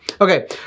Okay